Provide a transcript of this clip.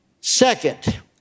Second